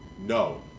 No